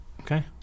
Okay